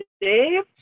Dave